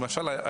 למשל,